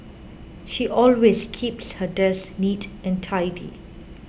she always keeps her desk neat and tidy